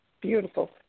beautiful